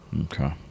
Okay